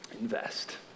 invest